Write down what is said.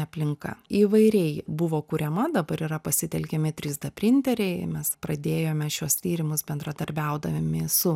aplinka įvairiai buvo kuriama dabar yra pasitelkiami trys d printeriai mes pradėjome šiuos tyrimus bendradarbiaudami su